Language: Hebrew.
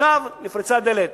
עכשיו נפרצה הדלת.